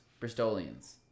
Bristolians